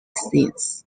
scenes